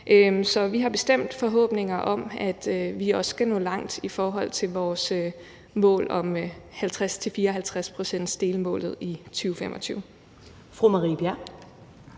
vi har bestemt forhåbninger om, at vi også skal nå langt i forhold til 50-54-procentsdelmålet i 2025.